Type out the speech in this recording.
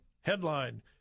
headline